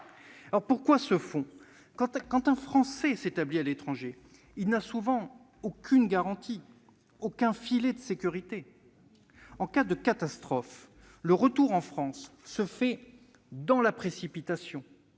Pourquoi un tel fonds ? Quand un Français s'établit à l'étranger, il n'a souvent aucune garantie, aucun filet de sécurité. En cas de catastrophe, le retour en France se fait dans la précipitation,